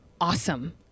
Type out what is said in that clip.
awesome